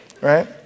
right